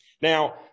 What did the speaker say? Now